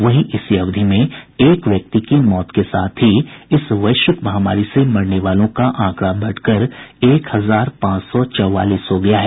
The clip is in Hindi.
वहीं इसी अवधि में एक व्यक्ति की मौत के साथ ही इस वैश्विक महामारी से मरने वालों का आंकड़ा बढ़कर एक हजार पांच सौ चौवालीस हो गया है